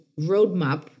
roadmap